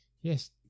yes